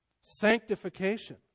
Sanctification